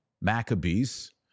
Maccabees